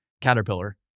Caterpillar